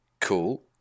cool